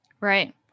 Right